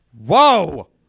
Whoa